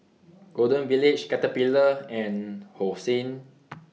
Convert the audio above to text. Golden Village Caterpillar and Hosen